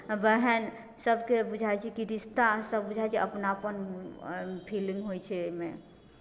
बहन सबके बुझाइ छै कि रिश्ता सब बुझाइ छै अपनापन फीलिङ्ग होइ छै एहिमे